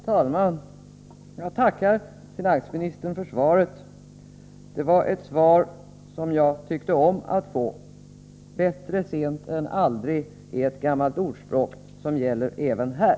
Herr talman! Jag tackar finansministern för svaret. Det var ett svar som jag tyckte om att få. — Bättre sent än aldrig, är ett gammalt ordspråk som gäller även här!